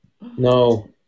No